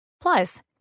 Plus